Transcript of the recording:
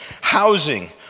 housing